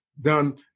done